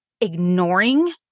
ignoring